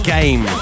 Game